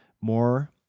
more